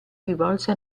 rivolse